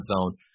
zone